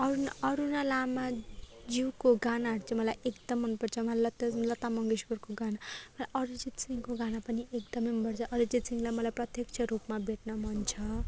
अरूण अरूणा लामाज्यूको गानाहरू चाहिँ मलाई एकदमै मनपर्छ मलाई लता लता मङ्गेस्करको गाना र अरिजित सिंहको गाना पनि एकदमै मनपर्छ अरिजित सिंहलाई मलाई प्रत्यक्ष रूपमा भेट्न मन छ